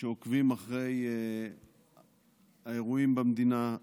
שעוקבים אחרי האירועים במדינה,